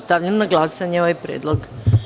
Stavljam na glasanje ovaj predlog.